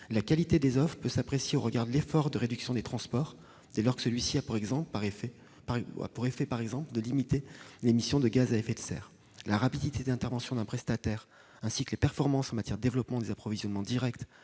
La qualité des offres peut s'apprécier au regard de l'effort de réduction des transports, dès lors que celui-ci a, par exemple, pour effet de limiter l'émission de gaz à effet de serre. La rapidité d'intervention d'un prestataire, ainsi que les performances en matière de développement des approvisionnements directs